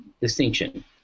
distinction